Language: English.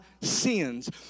sins